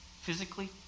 physically